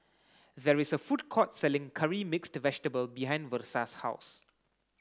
there is a food court selling curry mixed vegetable behind Versa's house